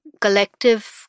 collective